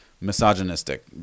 misogynistic